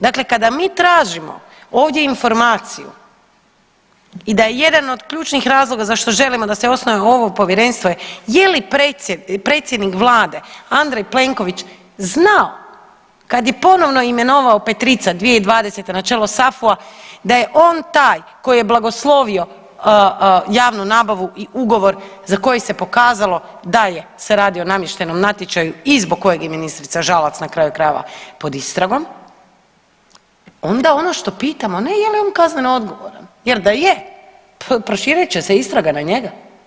Dakle, kada mi tražimo ovdje informaciju i da je jedan od ključnih razloga zašto želimo da se osnuje ovo povjerenstvo je li predsjednik Vlade Andrej Plenković znao kad je ponovno imenovao Petrica 2020. na čelo SAFU-a da je on taj koji je blagoslovio javnu nabavu i ugovor za koji se pokazalo da se radi o namještenom natječaju i zbog kojeg je ministrica Žalac na kraju krajeva pod istragom, onda ono što pitamo ne je li on kazneno odgovoran jer da je proširit će se istraga na njega.